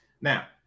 now